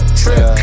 trip